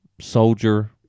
Soldier